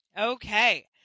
Okay